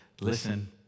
Listen